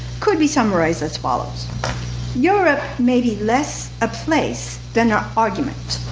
could be summarized as follows europe may be less a place than an argument,